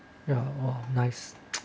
ya oh nice